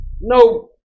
No